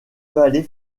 vallée